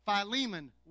Philemon